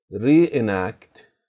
reenact